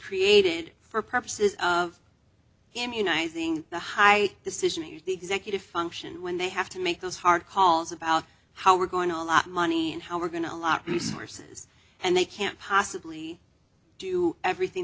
created for purposes of immunizing the high decision the executive function when they have to make those hard calls about how we're going to a lot of money and how we're going to a lot resources and they can't possibly do everything